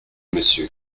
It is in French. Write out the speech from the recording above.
monsieur